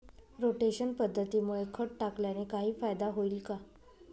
Rotation पद्धतीमुळे खत टाकल्याने काही फायदा होईल का?